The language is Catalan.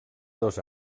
dos